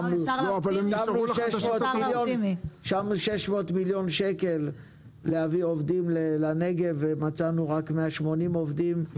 ששמו 600 מיליון שקל להביא עובדים לנגב ומצאנו רק 180 עובדים.